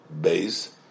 base